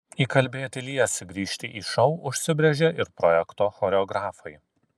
įkalbėti liesį grįžti į šou užsibrėžė ir projekto choreografai